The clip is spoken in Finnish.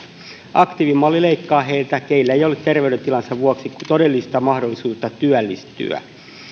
aktiivimalli leikkaa heiltä joilla ei ole terveydentilansa vuoksi todellista mahdollisuutta työllistyä